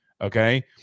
okay